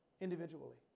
individually